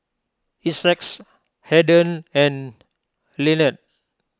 Essex Haden and Lenard